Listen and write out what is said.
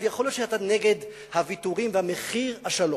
יכול להיות שאתה נגד הוויתורים ומחיר השלום,